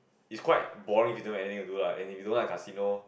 it's quite boring if you don't have anything to do lah and if you don't like casino